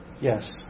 yes